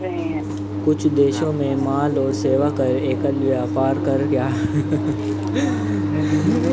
कुछ देशों में माल और सेवा कर, एकल व्यापार कर या टर्नओवर टैक्स के रूप में भी जाना जाता है